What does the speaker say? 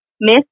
Miss